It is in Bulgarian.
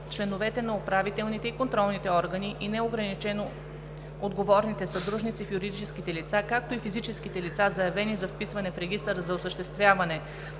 членовете на управителните и контролните органи и неограничено отговорните съдружници в юридическите лица, както и физическите лица, заявени за вписване в регистъра за осъществяване